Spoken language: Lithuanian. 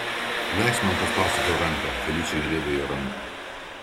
leisk man paspausti tau ranką feličė griebė jo ranką